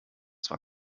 zwar